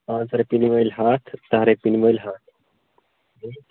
پانٛژھ رۄپِنۍ وٲلۍ ہَتھ دَہ رۄپِنۍ وٲلۍ ہَتھ